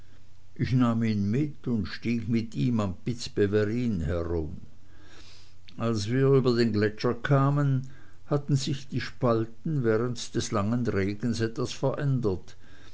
ich nahm ihn mit und stieg mit ihm am piz beverin herum als wir über den gletscher kamen hatten sich die spalten während des langen regens etwas verändert